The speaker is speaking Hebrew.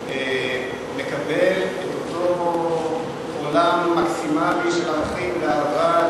מקבל את אותו עולם מקסימלי של ערכים ואהבה,